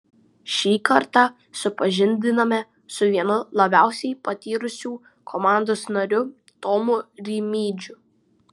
šį kartą supažindiname su vienu labiausiai patyrusių komandos narių tomu rimydžiu